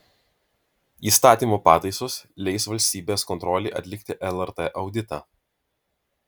įstatymo pataisos leis valstybės kontrolei atlikti lrt auditą